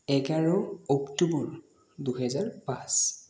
এঘাৰ অক্টোবৰ দুহেজাৰ পাঁচ